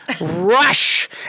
rush